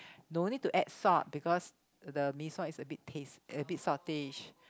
no need to add salt because the mee-sua is a bit taste a bit saltish